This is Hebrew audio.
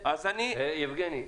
יבגני,